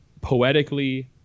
poetically